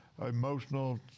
Emotional